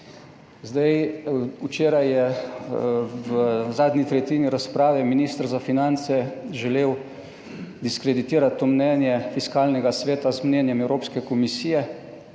Včeraj je v zadnji tretjini razprave minister za finance želel diskreditirati to mnenje Fiskalnega sveta z mnenjem Evropske komisije,